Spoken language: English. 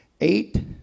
Eight